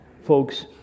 folks